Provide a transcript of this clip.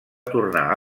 tornar